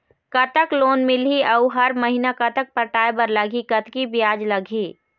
कतक लोन मिलही अऊ हर महीना कतक पटाए बर लगही, कतकी ब्याज लगही?